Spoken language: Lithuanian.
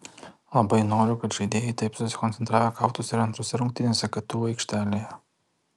labai noriu kad žaidėjai taip susikoncentravę kautųsi ir antrose rungtynėse ktu aikštelėje